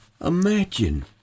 Imagine